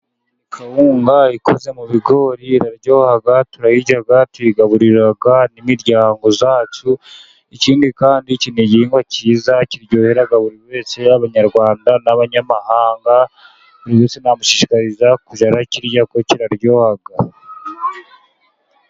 Kawunga ikoze mu bigori iraryoha, turayirya, tuyigaburira n' imiryango yacu ,ikindi kandi iki ni igihingwa cyiza kiryohera buri wese, Abanyarwanda n'abanyamahanga buri wese namushishikariza kujya arakirya kuko kiraryoha.